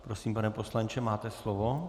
Prosím, pane poslanče, máte slovo.